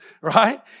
right